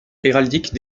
héraldique